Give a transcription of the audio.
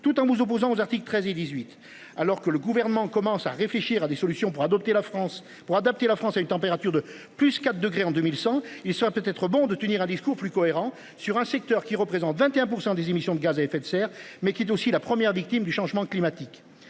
tout en vous opposant aux articles 13 et 18 alors que le gouvernement commence à réfléchir à des solutions pour adopter la France pour adapter la France à une température de plus 4 degrés en 2100, il serait peut-être bon de tenir un discours plus cohérent sur un secteur qui représente 21% des émissions de gaz à effet de serre mais qui est aussi la première victime du changement climatique.